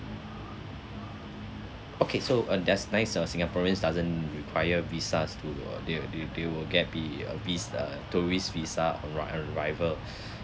okay so uh that's nice uh singaporeans doesn't require visas to they they they will get the a vis~ uh tourist visa on arr~ on arrival